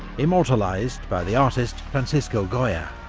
immortalised by the artist francisco goya.